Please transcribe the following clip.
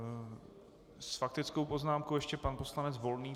S faktickou poznámkou ještě pan poslanec Volný.